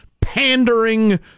pandering